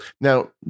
Now